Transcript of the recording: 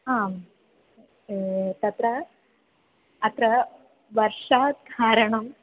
आम् तत्र अत्र वर्षात् कारणम्